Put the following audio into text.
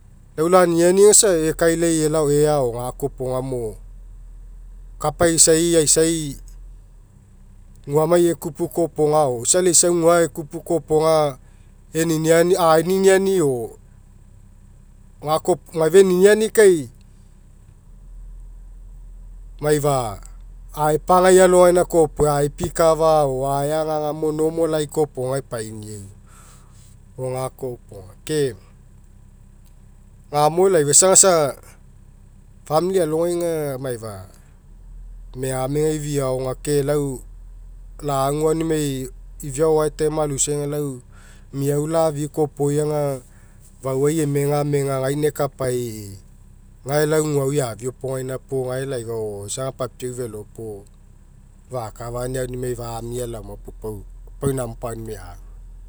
Lau laniniani aga isa ekailai elao ea o gakopoga mo kapa isai aisai guamai ekupu kopoga onisa eisau gua ekupu kopoga eniniani aeniniani o gakopoga maifa eniniani kai maifa ae pagai alogaina kopoga aepikafa o aeagaga mo normal ai kopoga apainiau mo gakoa iopoga. Ke gamo laifa isa ega isa famili alogai aga maifa megamega ifiaoga ke lau lagu aunimai ifiao o'oae time aloisai aga lau meau lafi'i kopoga aga fauai emegamega gaina ekapai gae lau gua eafipogaina puo gae laifa o'o isa aga papiau felo puo fa'akafania aunimai gamia laoma puo pau pau namo pau aunimai agu.